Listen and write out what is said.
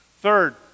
Third